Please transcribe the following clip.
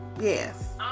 yes